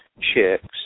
chicks